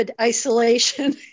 isolation